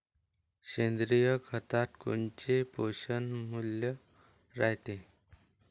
सेंद्रिय खतात कोनचे पोषनमूल्य रायते?